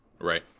Right